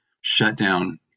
shutdown